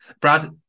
Brad